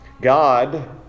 God